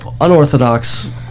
unorthodox